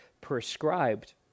prescribed